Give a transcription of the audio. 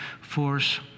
force